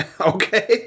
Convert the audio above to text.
Okay